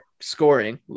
scoring